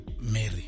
Mary